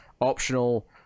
optional